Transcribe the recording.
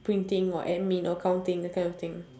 printing or admin or counting that kind of thing